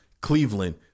Cleveland